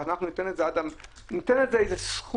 וניתן לזה איזה מס'